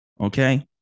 Okay